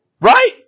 Right